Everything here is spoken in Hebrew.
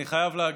אני חייב להגיד.